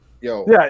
Yo